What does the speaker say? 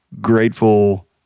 grateful